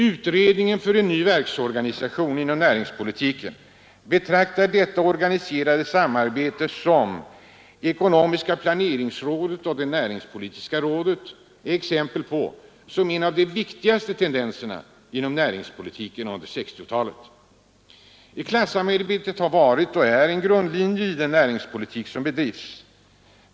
Utredningen om en ny verksorganisation inom näringspolitiken betraktar detta organiserade samarbete, som det ekonomiska planeringsrådet och det näringspolitiska rådet är exempel på, såsom ”en av de viktigaste tendenserna” inom näringspolitiken under 1960-talet. Klassamarbetet har varit och är en grundlinje i den näringspolitik som bedrivs.